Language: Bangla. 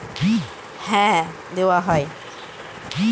অনেক ধরনের পোল্ট্রিদের ফিশ মিল বা মাছের খাবার দেওয়া হয়